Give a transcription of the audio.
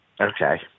Okay